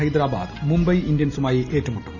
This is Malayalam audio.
ഹൈദരാബാദ് മുംബൈ ഇന്ത്യൻസുമായി ഏറ്റുമുട്ടും